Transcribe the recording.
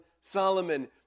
Solomon